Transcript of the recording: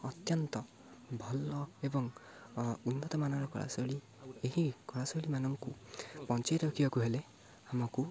ଅତ୍ୟନ୍ତ ଭଲ ଏବଂ ଉନ୍ନତମାନର କଳାଶୈଳୀ ଏହି କଳା ଶୈଳୀମାନଙ୍କୁ ବଞ୍ଚାଇ ରଖିବାକୁ ହେଲେ ଆମକୁ